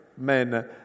men